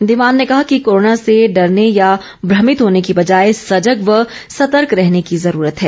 धीमान ने कहा कि कोर्रोना से डरने या भ्रमित होने की बजाए सजग व सतर्क रहने की जरूरत है